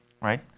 right